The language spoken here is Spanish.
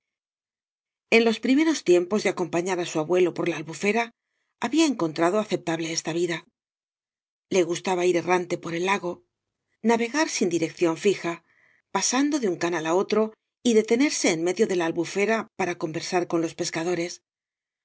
en los primeros tiempos de acompañar á su abuelo por la albufera había encontrado aceptable esta vida le gustaba ir errante por el lago cañas y barro navegar bin dirección fija pasando de un canal á otro y detenerse en medio de la albufera para conversar con loa pescadores